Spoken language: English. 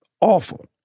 awful